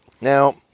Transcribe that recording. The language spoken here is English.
Now